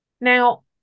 now